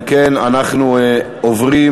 אם כן, אנחנו עוברים